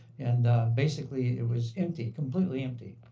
and basically it was empty, completely empty,